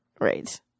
Right